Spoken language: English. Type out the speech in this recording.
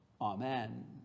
Amen